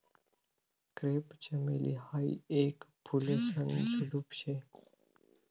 crepe चमेली हायी येक फुलेसन झुडुप शे